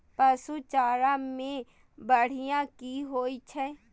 पशु चारा मैं बढ़िया की होय छै?